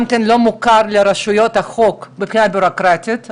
כן לא מוכר לרשויות החוק מבחינה בירוקרטית,